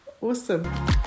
awesome